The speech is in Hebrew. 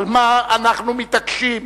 על מה אנחנו מתעקשים,